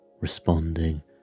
responding